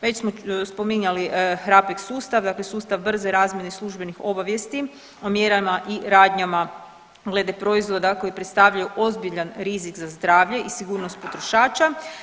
Već smo spominjali hrabri sustav, dakle sustava brze razmjene službenih obavijesti o mjerama i radnjama glede proizvoda koji predstavljaju ozbiljan rizik za zdravlje i sigurnost potrošača.